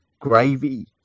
gravy